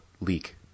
leak